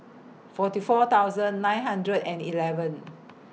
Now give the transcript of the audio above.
forty four thousand nine hundred and eleven